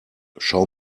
schau